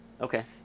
Okay